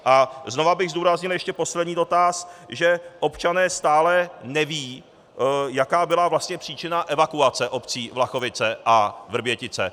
A znovu bych zdůraznil ještě poslední dotaz, že občané stále nevědí, jaká byla vlastně příčina evakuace obcí Vlachovice a Vrbětice.